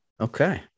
Okay